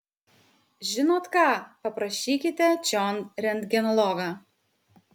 žinot ką paprašykite čion rentgenologą